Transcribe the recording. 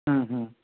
ಹ್ಞೂ ಹ್ಞೂ